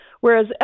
Whereas